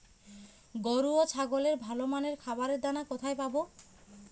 গরু ও ছাগলের ভালো মানের খাবারের দানা কোথায় পাবো?